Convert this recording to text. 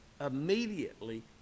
immediately